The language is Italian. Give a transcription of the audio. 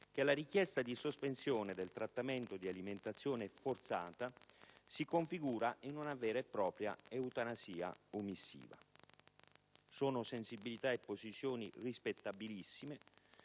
che la richiesta di sospensione del trattamento di alimentazione forzata si configurasse in una vera e propria eutanasia omissiva. Sono sensibilità e posizioni rispettabilissime